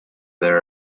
their